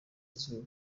izuba